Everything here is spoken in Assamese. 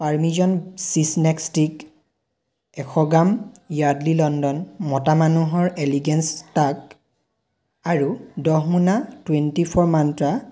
Parmesan cheese snack stick ash gram Yardley London মতা মানুহৰ এলিগেন্স টাল্ক আৰু দহ মোনা টুৱেণ্টি ফ'ৰ মন্ত্ৰা